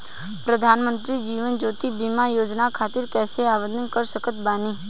प्रधानमंत्री जीवन ज्योति बीमा योजना खातिर कैसे आवेदन कर सकत बानी?